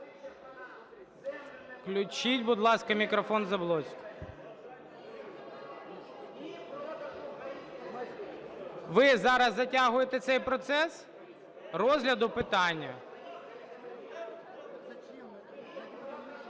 Ви зараз затягуєте цей процес розгляду питання.